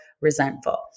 resentful